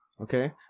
okay